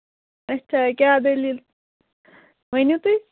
اچھا کیٛاہ دٔلیٖل ؤنِو تُہۍ